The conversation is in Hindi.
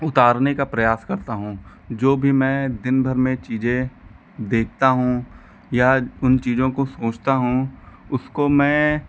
उतारने के प्रयास करता हूँ जो भी मैं दिन भर में चीज़ें देखता हूँ या उन चीज़ों को सोचता हूँ उसको मैं